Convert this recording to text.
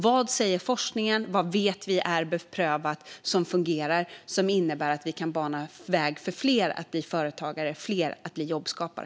Vad säger forskningen? Vad vet vi är beprövat och fungerar och innebär att vi kan bana väg för fler att bli företagare och jobbskapare?